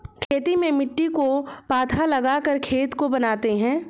खेती में मिट्टी को पाथा लगाकर खेत को बनाते हैं?